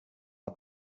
att